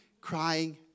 crying